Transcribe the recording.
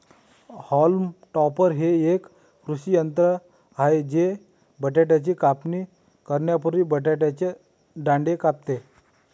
haulm topper हे एक कृषी यंत्र आहे जे बटाट्याची कापणी करण्यापूर्वी बटाट्याचे दांडे कापते